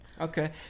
Okay